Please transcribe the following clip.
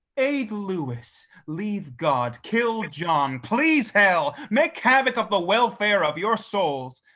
aid lewis, leave god, kill john, please hell, make havoc of the welfare of your souls,